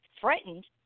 threatened